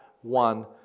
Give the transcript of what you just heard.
one